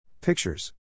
Pictures